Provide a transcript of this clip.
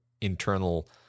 internal